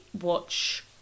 watch